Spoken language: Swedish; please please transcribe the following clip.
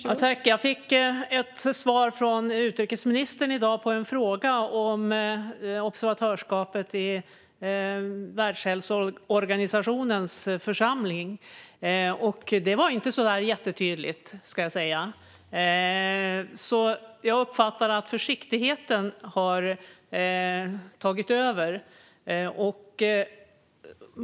Fru talman! Jag fick svar från utrikesministern i dag på en fråga om observatörskapet i Världshälsoorganisationens församling, och det var inte jättetydligt. Jag uppfattar att försiktigheten har tagit över.